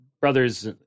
brothers